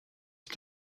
het